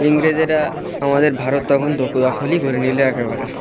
ইংরেজেরা আমাদের ভারত তখন দখলই করে নিলে একেবারে